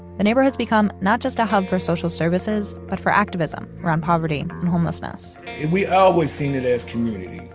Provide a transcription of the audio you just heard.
the neighborhoods become not just a hub for social services, but for activism around poverty and homelessness we always seen it as community,